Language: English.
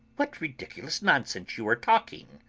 what ridiculous nonsense you are talking!